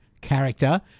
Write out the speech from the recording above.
character